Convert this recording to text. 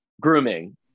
Grooming